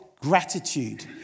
gratitude